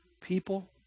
people